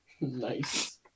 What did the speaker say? Nice